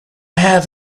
have